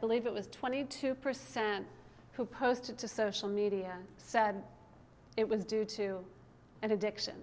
believe it was twenty two percent who posted to social media said it was due to an addiction